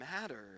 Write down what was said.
matter